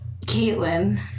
Caitlin